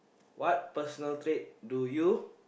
what personal trait do you